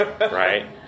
Right